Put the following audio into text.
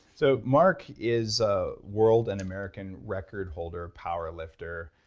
so mark is ah world and american record holder power lifter.